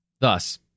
Thus